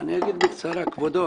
כבודו,